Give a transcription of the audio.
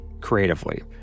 creatively